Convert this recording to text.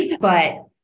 but-